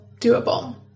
doable